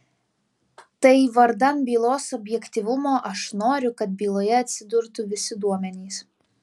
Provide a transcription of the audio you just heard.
tai vardan bylos objektyvumo aš noriu kad byloje atsidurtų visi duomenys